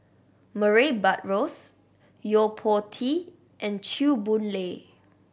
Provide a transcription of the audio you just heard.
Murray Buttrose Yo Po Tee and Chew Boon Lay